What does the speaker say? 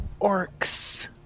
orcs